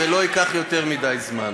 זה לא ייקח יותר מדי זמן,